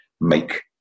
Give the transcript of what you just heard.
make